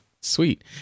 Sweet